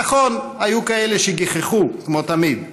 נכון, היו כאלה שגיחכו, כמו תמיד,